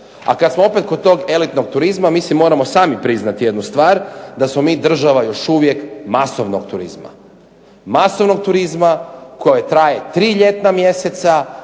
A kad smo opet kod tog elitnog turizma mi si moramo sami priznati jednu stvar, da smo mi država još uvijek masovnog turizma, masovnog turizma koje traje tri ljetna mjeseca